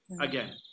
again